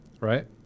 right